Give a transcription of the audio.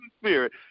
Spirit